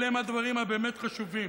אלה הדברים הבאמת-חשובים.